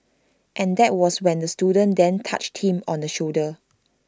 and that was when the student then touched him on the shoulder